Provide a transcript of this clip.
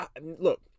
look